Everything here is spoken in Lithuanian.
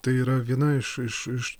tai yra viena iš iš iš